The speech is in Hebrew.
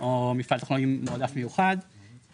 או מפעל טכנולוגי מועדף מיוחד.